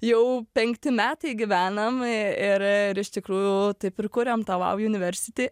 jau penkti metai gyvenam ir iš tikrųjų taip ir kuriam tą vau universiti